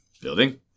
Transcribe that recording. building